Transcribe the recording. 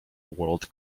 world